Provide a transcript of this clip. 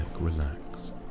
relax